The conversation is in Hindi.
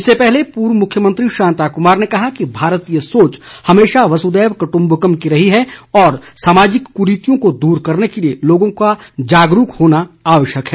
इससे पहले पूर्व मुख्यमंत्री शांता कुमार ने कहा कि भारतीय सोच हमेशा वसुधैव कुटुम्बकम की रही है और सामाजिक कुरीतियों को दूर करने के लिए लोगों का जागरूक होना आवश्यक है